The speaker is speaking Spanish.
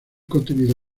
contenido